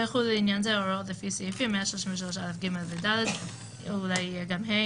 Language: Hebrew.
ויחולו לעניין זה ההוראות לפי סעיפים 133א(ג) ו-(ד)- אולי יהיה גם (ה),